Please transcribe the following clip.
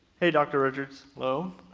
hey dr. richards. hello.